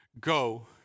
Go